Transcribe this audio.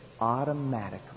automatically